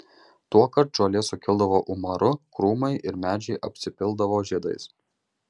tuokart žolė sukildavo umaru krūmai ir medžiai apsipildavo žiedais